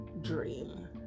dream